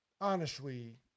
honestly-